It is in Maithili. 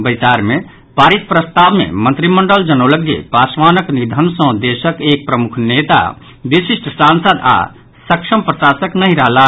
बैसार मे पारित प्रस्ताव मे मंत्रिमंडल जनौलक जे पासवानक निधन सँ देशक प्रमुख नेता विशिष्ट सांसद आओर सक्षम प्रशासक नहि रहलाह